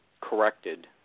corrected